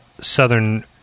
southern